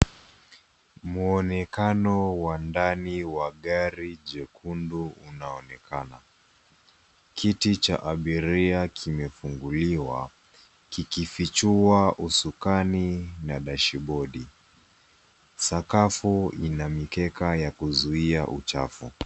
Muonekano wa ndani wa gari jekundu unaonekana. Kiti cha abiria kimefunguliwa kikifichua husukani na dashibodi .Sakafu ina mikeka ya kuzuia uchafu.